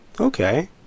Okay